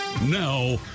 Now